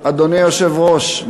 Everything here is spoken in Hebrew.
אדוני היושב-ראש,